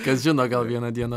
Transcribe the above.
kas žino gal vieną dieną